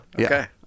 okay